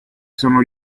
sono